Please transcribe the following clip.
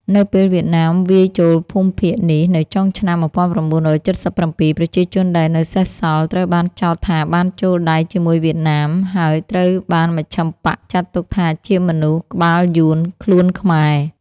នៅពេលវៀតណាមវាយចូលភូមិភាគនេះនៅចុងឆ្នាំ ១៩៧៧ ប្រជាជនដែលនៅសេសសល់ត្រូវបានចោទថាបានចូលដៃជាមួយវៀតណាម ហើយត្រូវបានមជ្ឈិមបក្សចាត់ទុកថាជាមនុស្ស "ក្បាលយួន ខ្លួនខ្មែរ"។